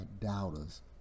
doubters